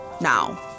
now